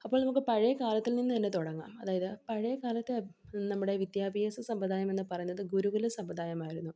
അപ്പോൾ നമുക്ക് പഴയ കാലത്തിൽ നിന്ന് തന്നെ തുടങ്ങാം അതായത് പഴയ കാലത്ത് നമ്മുടെ വിദ്യാഭ്യാസ സമ്പ്രദായം എന്ന് പറയുന്നത് ഗുരുകുല സമ്പ്രദായമായിരുന്നു